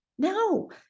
No